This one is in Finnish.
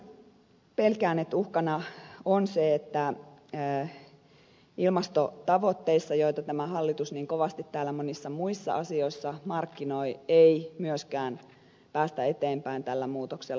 lisäksi pelkään että uhkana on se että ilmastotavoitteissa joita tämä hallitus niin kovasti täällä monissa muissa asioissa markkinoi ei myöskään päästä eteenpäin tällä muutoksella